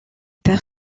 perd